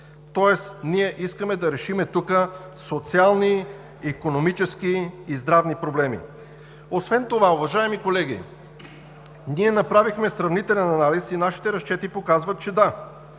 тоест ние искаме да решим тук социални, икономически и здравни проблеми. Освен това, уважаеми колеги, ние направихме сравнителен анализ и нашите разчети показват, да,